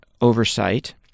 oversight